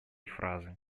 фразы